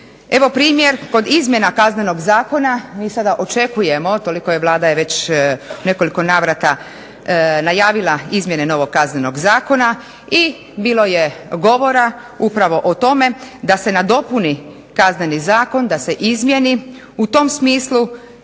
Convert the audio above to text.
Evo primjer kod izmjena Kaznenog zakona, mi sada očekujemo, toliko je, Vlada je već nekoliko navrata najavila izmjene novog Kaznenog zakona i bilo je govora upravo o tome da se nadopuni Kazneni zakon, da se izmijeni u tom smislu